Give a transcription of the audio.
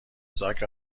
زاک